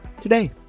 today